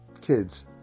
Kids